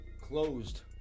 closed